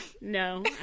No